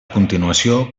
continuació